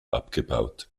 abgebaut